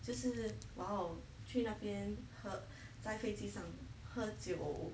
就是 !wow! 去那边喝在飞机上喝酒